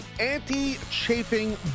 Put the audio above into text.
anti-chafing